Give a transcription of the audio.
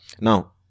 Now